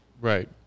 Right